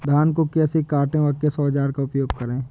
धान को कैसे काटे व किस औजार का उपयोग करें?